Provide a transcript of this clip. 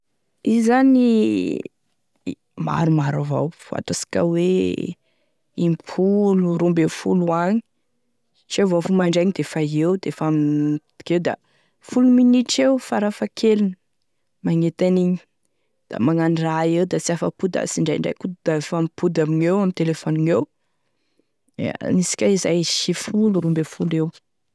Izy zany maromaro avao fa ataosika hoe impolo roa ambe folo agny, satria vo mifoha mandraigny defa eo de efa akeo da folo minitry eo farafahakeliny magnety an'igny, da magnano raha eo da tsy afa-po da tsindraindray koa da efa mipody amigneo ame téléphone gneo, anisika izy, folo iroa ambe folo eo.